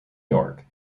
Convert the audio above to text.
york